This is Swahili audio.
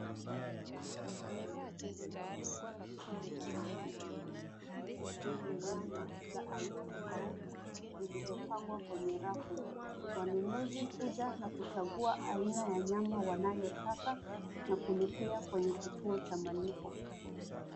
Duka kubwa, linalouza bidhaa mbalimbali. Hii ni sehemu ya nyama za aina tofauti, zilizopangwa kwenye rafu. Wanunuzi huja, na kuchagua aina ya nyama wanayotaka, na kulipia kwenye kituo cha malipo.